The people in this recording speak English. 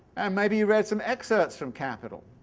and maybe you read some excerpts from capital.